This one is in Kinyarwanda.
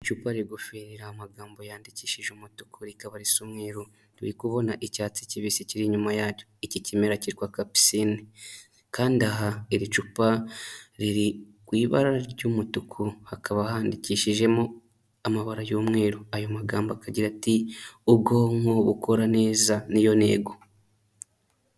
Icupa rigufi ririho amagambo yandikishije umutuku rikaba risa umweru. Turi kubona icyatsi kibisi kiri inyuma yaryo. Iki kimera cyitwa kapusine kandi aha iri cupa riri mu ibara ry'umutuku, hakaba handikishijemo amabara y'umweru. Ayo magambo akagira ati: ''Ubwonko bukora neza ni yo ntego.''